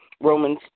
Romans